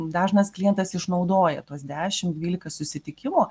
dažnas klientas išnaudoja tuos dešim dvylika susitikimų